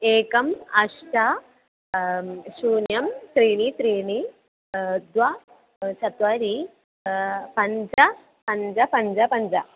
एकम् अष्ट शून्यं त्रीणि त्रीणि द्वे चत्वारि पञ्च पञ्च पञ्च पञ्च